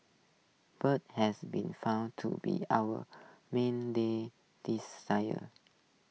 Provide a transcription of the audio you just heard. birds has been found to be our day